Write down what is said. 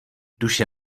duše